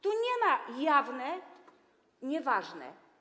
Tu nie ma: jawne, nieważne.